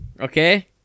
okay